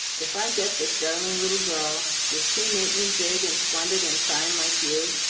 if i get this darling little girl, will she make me big, and splendid, and fine, like you?